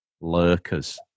Lurkers